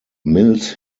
mills